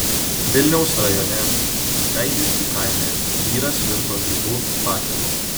vilniaus rajone skaidiškių kaime vyras virto gyvu fakelu